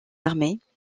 armées